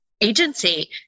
agency